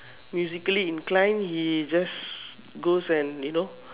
musically inclined he just goes and you know